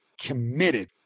Committed